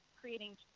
creating